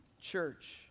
church